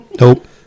Nope